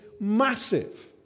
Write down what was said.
massive